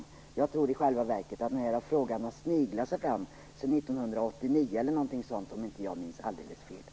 I själva verket har den här frågan sniglat sig fram sedan 1989, om jag inte minns helt fel.